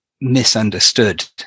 misunderstood